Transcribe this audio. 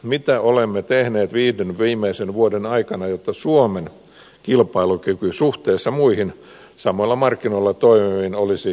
mitä olemme tehneet viiden viimeisen vuoden aikana jotta suomen kilpailukyky suhteessa muihin samoilla markkinoilla toimiviin olisi parantunut